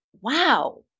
wow